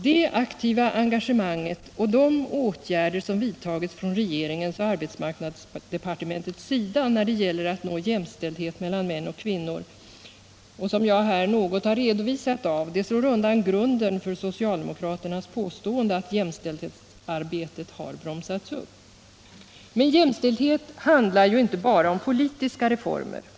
Det aktiva engagemanget och de åtgärder som vidtagits från regeringens och arbetsmarknadsdepartementets sida när det gäller att nå jämställdhet mellan män och kvinnor — som jag här något har redovisat — slår undan grunden för socialdemokraternas påstående att jämställdhetsarbetet har bromsats upp. Men jämställdhet handlar inte bara om politiska reformer.